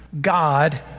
God